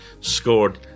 scored